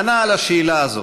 ענה על השאלה הזאת.